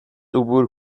عبور